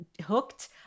hooked